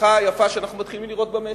לצמיחה היפה שאנחנו מתחילים לראות במשק,